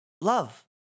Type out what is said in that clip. love